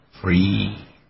free